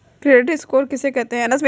Credit score किसे कहते हैं?